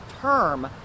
term